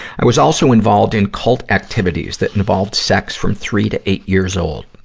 i was also involved in cult activities that involved sex from three to eight years old.